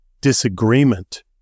disagreement